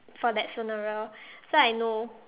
for that funeral so I know